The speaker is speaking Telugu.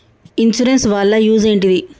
ఇన్సూరెన్స్ వాళ్ల యూజ్ ఏంటిది?